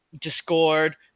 Discord